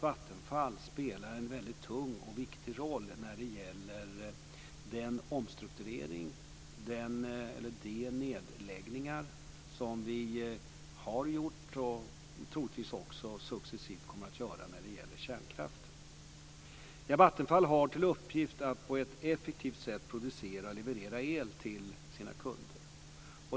Vattenfall spelar också en väldigt tung och viktig roll när det gäller den omstrukturering och de nedläggningar som vi har gjort, och troligtvis också successivt kommer att göra, av kärnkraften. Vattenfall har till uppgift att på ett effektivt sätt producera och leverera el till sina kunder.